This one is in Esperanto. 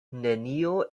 nenio